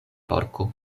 porko